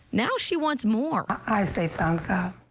now she wants more. i say thumbs up.